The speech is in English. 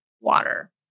water